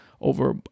over